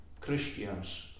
Christians